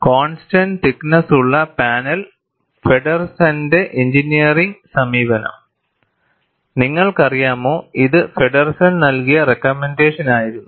constant thickness ഉള്ള panel ഫെഡെർസന്റെ engineering സമീപനം നിങ്ങൾക്കറിയാമോ ഇത് ഫെഡെർസൻ നൽകിയ റെക്കമെൻറ്റേഷൻ ആയിരുന്നു